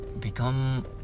Become